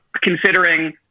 considering